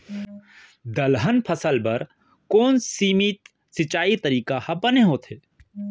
दलहन फसल बर कोन सीमित सिंचाई तरीका ह बने होथे?